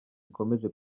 ikomeje